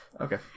okay